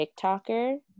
TikToker